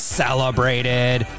celebrated